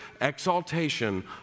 exaltation